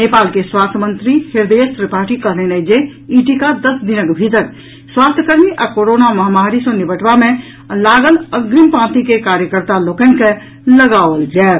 नेपाल के स्वास्थ्य मंत्री हृदयेश त्रिपाठी कहलनि अछि जे ई टीका दस दिनक भीतर स्वास्थकर्मी आ कोरोना महामारी सँ निबटबा मे लागल अग्रिम पांति के कार्यकर्ता लोकनि के लगाओल जायत